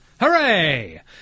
Hooray